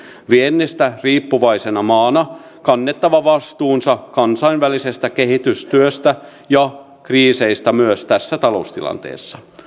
viennistä riippuvaisena maana kannettava vastuunsa kansainvälisestä kehitystyöstä ja kriiseistä myös tässä taloustilanteessa